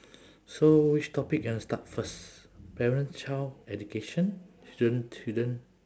so which topic you wanna start first parent child education student student